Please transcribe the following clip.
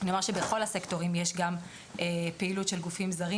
אני אומר שבכל הסקטורים יש גם פעילות של גופים זרים